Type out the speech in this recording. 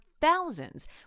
thousands